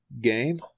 game